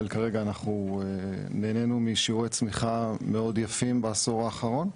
- כרגע אנחנו נהנינו משיעורי צמיחה מאוד יפים בעשור האחרון,